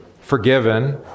forgiven